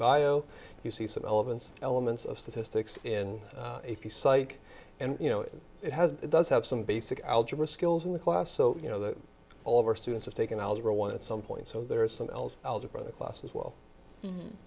bio you see some elements elements of statistics in psych and you know it has it does have some basic algebra skills in the class so you know that all of our students have taken algebra one at some point so there is some old algebra class as well